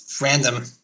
random